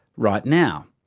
right now!